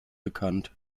bekannt